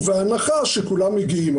ובהנחה שכולם מגיעים.